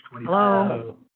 Hello